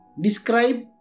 Describe